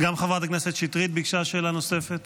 גם חברת הכנסת שטרית ביקשה שאלה נוספת.